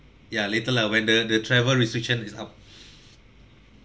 ya later lah when the the travel restriction is up